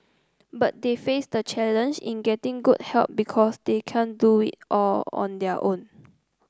but they face the challenge in getting good help because they can't do it all on their own